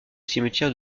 cimetière